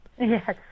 Yes